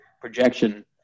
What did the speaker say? projection